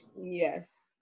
Yes